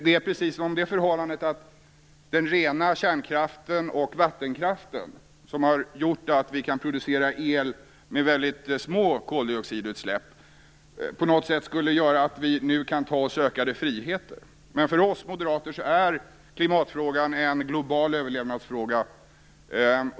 Det är precis som om det förhållandet att den rena kärnkraften och vattenkraften, som har gjort att vi kan producera el med mycket små koldioxidutsläpp, på något sätt skulle innebära att vi nu kan ta oss ökade friheter. Men för oss moderater är klimatfrågan en global överlevnadsfråga.